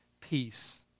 peace